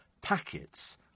packets